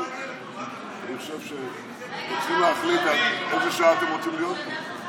אבל אתם צריכים להחליט עד איזו שעה אתם רוצים להיות פה.